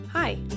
Hi